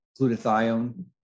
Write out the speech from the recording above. glutathione